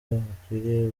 bakwiriye